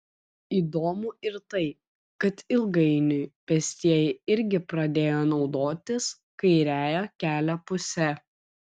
įdomu ir tai kad ilgainiui pėstieji irgi pradėjo naudotis kairiąja kelio puse